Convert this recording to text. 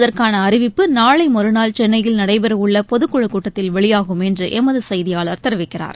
இதற்கான அறிவிப்பு நாளை மறுநாள் சென்னையில் நடைபெறவுள்ள பொதுக் குழுக் கூட்டத்தில் வெளியாகும் என்று எமது செய்தியாளர் தெரிவிக்கிறார்